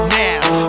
now